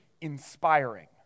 inspiring